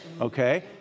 Okay